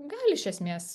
gali iš esmės